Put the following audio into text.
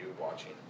watching